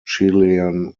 chilean